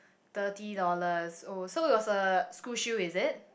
thirty dollars oh so it was a school shoe is it